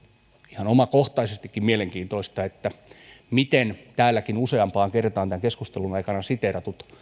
ihan omakohtaisestikin mielenkiintoista miten täälläkin useampaan kertaan keskustelun aikana siteeratut